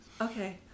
Okay